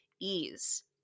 ease